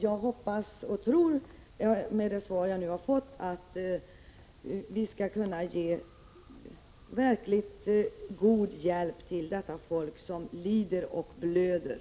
Jag hoppas och tror, efter det svar som jag nu fått, att vi skall kunna ge verkligt god hjälp till detta folk som lider och blöder.